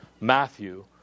Matthew